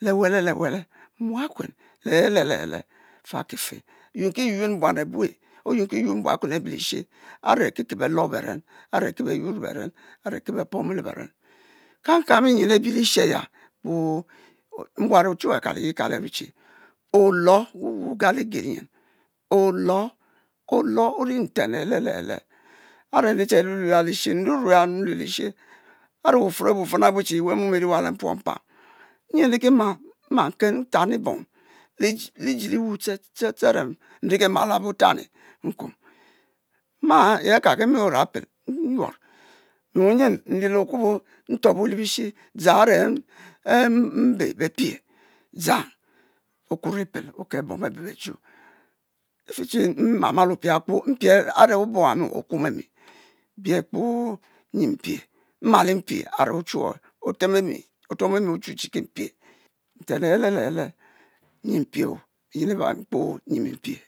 le-wele le-wele mwakue le-he-le le-he-le, fakife yuen-ki-yuen buan ebue oyuen kiyuen buan abe-lishe a're kike belor beren a're kike beyuor le beren a're ke be'pomo le beren, kaukang benyin abi le-eshe aya kpoo, nwan ochuwue a'kaliyekalo arue che olor wu'wu ogalige nyen, olor’ olor ori nten le-he-le le-he-le, a're nri chu lue-lue ya le'eshe nrurue ya nlue le-eshe, a're wufuour abufena, abu che ewumom eri wa le enipuo mpam nyi nrima mman ken ntani bom lijiliwu ste ste ste, a're nrikima abo otani nkuom, mma he' akakie mi orapel nyuon mi wunyim nri le okubo ntuobue le bishi dzang a're mbe be-pie, dzang okuon lipel oka bom abe be-chu, e-fe che mma- mal ofie kpoo, mpie a're obe owami okuom emi, bie kpoo nyi mpie, mmal mpie a're ochuwue otuom emi ochu che ki mpie, nten le-he-le le-he-le nyi mpie, benyen ebami kpoo nyi mpie.